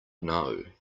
know